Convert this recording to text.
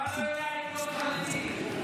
הצבא לא יודע לקלוט חרדים.